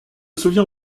souvient